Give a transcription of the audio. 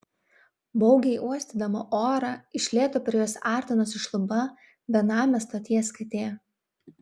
baugiai uostydama orą iš lėto prie jos artinosi šluba benamė stoties katė